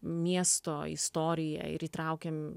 miesto istoriją ir įtraukiam